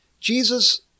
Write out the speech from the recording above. Jesus